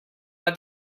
but